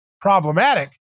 problematic